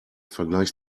vergleich